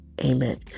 amen